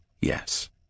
Yes